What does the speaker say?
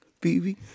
baby